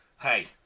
Hey